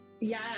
Yes